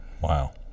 Wow